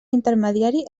intermediari